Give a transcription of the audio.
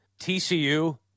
TCU